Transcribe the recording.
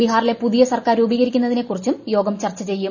ബിഹാറിലെ പുതിയ സർക്കാർ രൂപീകരിക്കുന്നതിനെക്കുറിച്ചും യോഗം ചർച്ച ചെയ്യും